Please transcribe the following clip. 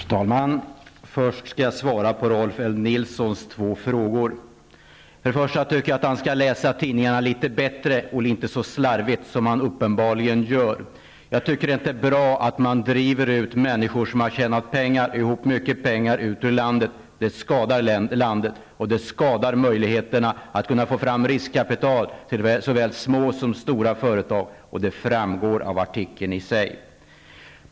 Fru talman! Först skall jag svara på Rolf L Nilsons två frågor. Han skall läsa tidningarna litet bättre, inte så slarvigt som han uppenbarligen gör. Jag tycker inte det är bra att man driver människor som har tjänat ihop mycket pengar ut ur landet. Det skadar landet och det skadar möjligheterna att få fram riskkapital till såväl stora som små företag. Det framgår av artikeln i sig.